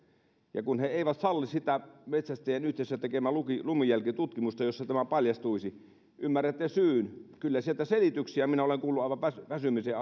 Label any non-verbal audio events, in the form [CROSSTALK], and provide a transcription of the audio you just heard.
ja he eivät salli sitä metsästäjien yhdessä tekemää lumijälkitutkimusta jossa tämä paljastuisi ymmärrätte syyn kyllä sieltä selityksiä minä olen kuullut aivan väsymiseen [UNINTELLIGIBLE]